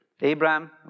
Abraham